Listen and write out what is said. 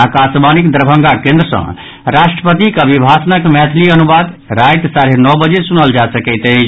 आकाशवाणीक दरभंगा केन्द्र सँ राष्ट्रपतिक अभिभाषणक मैथिली अनुवाद राति साढ़े नओ बजे सुनल जा सकैत अछि